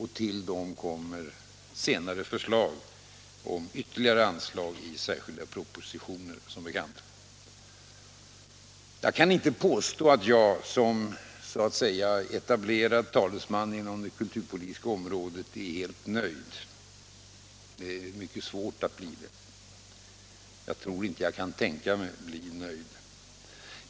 Härtill kommer som bekant senare förslag om ytterligare anslag i särskilda propositioner. Jag kan inte påstå att jag som så att säga etablerad talesman på det kulturpolitiska området är helt nöjd. Det är mycket svårt att bli det. Jag tror inte jag kan tänka mig att bli nöjd.